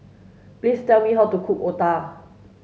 please tell me how to cook Otah